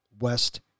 West